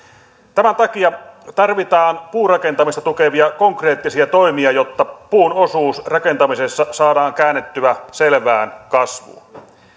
tämän takia tarvitaan puurakentamista tukevia konkreettisia toimia jotta puun osuus rakentamisessa saadaan käännettyä selvään kasvuun